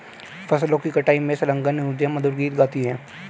फसलों की कटाई में संलग्न युवतियाँ मधुर गीत गाती हैं